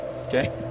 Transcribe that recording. Okay